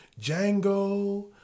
Django